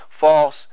false